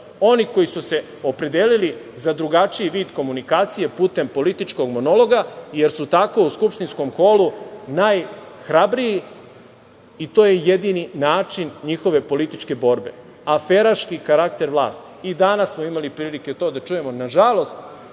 Oni koji su se opredelili za drugačiji vid komunikacije, putem političkog monologa, jer su tako u skupštinskom holu najhrabriji i to je jedini način njihove političke borbe, aferački karakter vlasti, i danas smo imali prilike to da čujemo, nažalost,